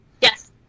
yes